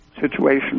situation